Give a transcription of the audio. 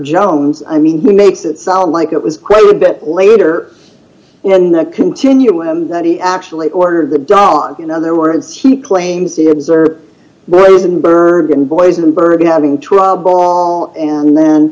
jones i mean he makes it sound like it was quite a bit later and that continually that he actually ordered the da in other words he claims the observer was in bergen boys in bergen having trouble and